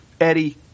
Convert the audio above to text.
Eddie